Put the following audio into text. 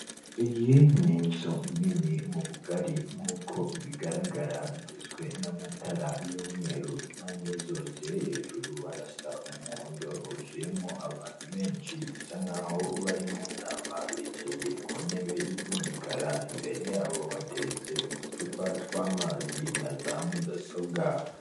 Iyi ni inzu nini mu bugari, nkuko bigaragara igizwe n'amatara y'umweru impande zose, hejuru harasa umuhondo, huzuyemo abantu benshi, bisa nkaho bari mu nama, bicaye ku ntebe z'imikara, imbere yabo bateretse uducupa tw'amazi na za mudasobwa.